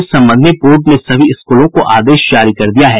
इस संबंध में बोर्ड ने सभी स्कूलों को आदेश जारी किया है